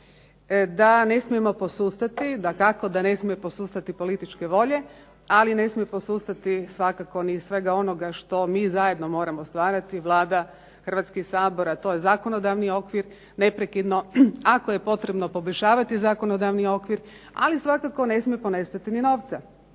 da ne smijemo posustati. Dakako da ne smije posustati političke volje, ali ne smije posustati svakako ni svega onoga što mi zajedno moramo stvarati Vlada, Hrvatski sabor, a to je zakonodavni okvir, neprekidno, ako je potrebno poboljšavati zakonodavni okvir, ali svakako ne smije ponestati ni novca.